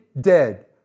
dead